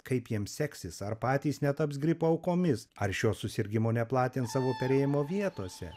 kaip jiem seksis ar patys netaps gripo aukomis ar šio susirgimo neplatins savo perėjimo vietose